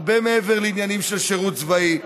הרבה מעבר לעניינים של שירות צבאי,